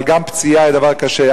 אבל גם פציעה היא דבר קשה,